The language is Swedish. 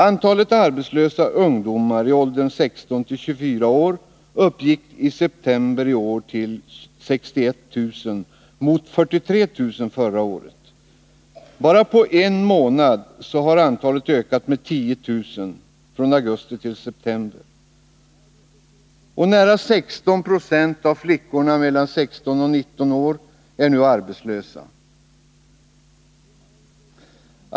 Antalet arbetslösa ungdomar i åldern 16-24 år uppgick i september i år till 61 000 mot 43 000 förra året. Bara på en månad har antalet ökat med 10 000— från augusti till september. Nära 16 90 av flickorna mellan 16 och 19 år är nu arbetslösa.